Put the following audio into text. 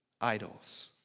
idols